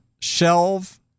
shelve